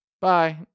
Bye